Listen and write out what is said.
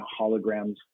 holograms